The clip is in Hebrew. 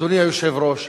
אדוני היושב-ראש,